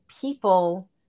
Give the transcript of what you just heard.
people